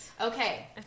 Okay